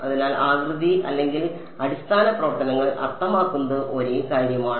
അതിനാൽ ആകൃതി അല്ലെങ്കിൽ അടിസ്ഥാന പ്രവർത്തനങ്ങൾ അർത്ഥമാക്കുന്നത് ഒരേ കാര്യമാണ്